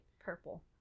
purple